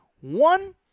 One